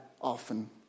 often